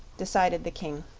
decided the king,